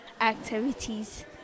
activities